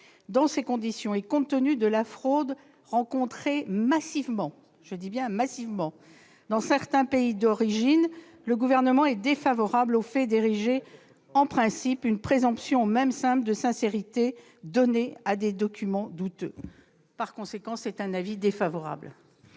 Dans ces conditions, et compte tenu de la fraude rencontrée massivement- je dis bien : massivement -dans certains pays d'origine, le Gouvernement est défavorable au fait d'ériger en principe une présomption, même simple, de sincérité donnée à des documents douteux. Par conséquent, le Gouvernement émet un avis défavorable